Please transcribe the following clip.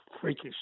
freakish